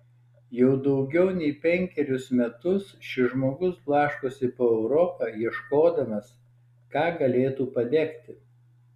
jau daugiau nei penkerius metus šis žmogus blaškosi po europą ieškodamas ką galėtų padegti